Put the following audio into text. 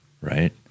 right